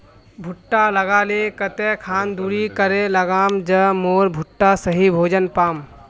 भुट्टा लगा ले कते खान दूरी करे लगाम ज मोर भुट्टा सही भोजन पाम?